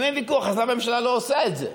אם אין ויכוח, אז למה הממשלה לא עושה את זה?